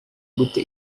gute